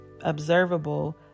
observable